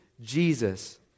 Jesus